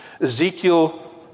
Ezekiel